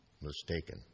mistaken